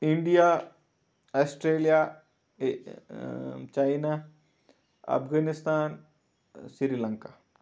India Australia China Afghanistan Sri Lanka